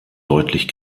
deutlich